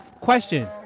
Question